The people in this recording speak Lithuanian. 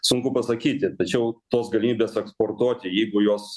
sunku pasakyti tačiau tos galimybės eksportuoti jeigu jos